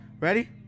Ready